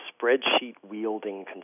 spreadsheet-wielding